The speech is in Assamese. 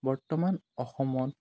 বৰ্তমান অসমত